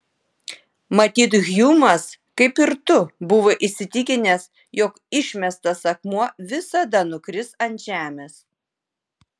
matyt hjumas kaip ir tu buvo įsitikinęs jog išmestas akmuo visada nukris ant žemės